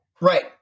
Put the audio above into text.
Right